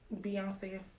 beyonce